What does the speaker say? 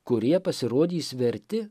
kurie pasirodys verti